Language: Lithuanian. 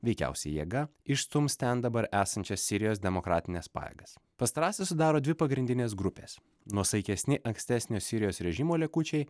veikiausiai jėga išstums ten dabar esančias sirijos demokratines pajėgas pastarąsias sudaro dvi pagrindinės grupės nuosaikesni ankstesnio sirijos režimo likučiai